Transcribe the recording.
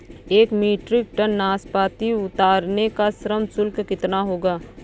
एक metric ton नाशपाती उतारने का श्रम शुल्क कितना होगा?